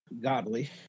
godly